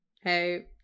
hey